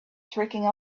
tricking